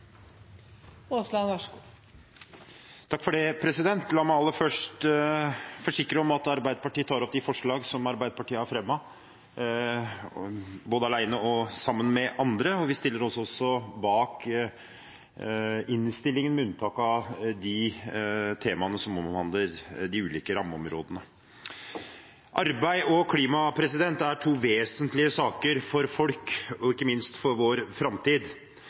har fremmet, både alene og sammen med andre. Vi stiller oss også bak innstillingen, med unntak av de temaene som omhandler de ulike rammeområdene. Arbeid og klima er to vesentlige saker for folk – og ikke minst for vår framtid.